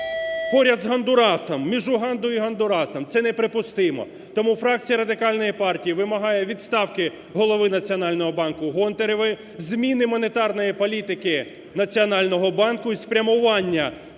Поряд з Гондурасом, між Угандою і Гондурасом – це неприпустимо. Тому фракція Радикальної партії вимагає відставки голови Національного банку Гонтаревої, зміни монетарної політики Національного банку і спрямування